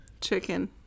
chicken